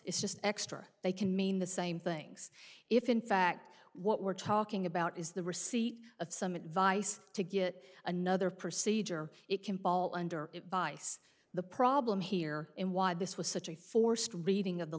it's just extra they can mean the same things if in fact what we're talking about is the receipt of some advice to get another procedure it can paul under vice the problem here in why this was such a forced reading of the